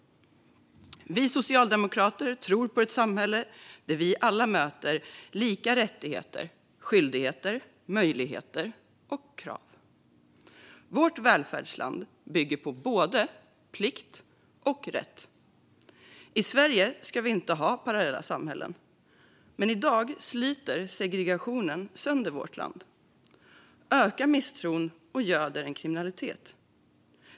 Vi socialdemokrater tror på ett samhälle där alla möter lika rättigheter, skyldigheter, möjligheter och krav. Vårt välfärdsland bygger på både plikt och rätt. I Sverige ska vi inte ha parallella samhällen. Men i dag sliter segregationen sönder vårt land, ökar misstron och göder kriminalitet.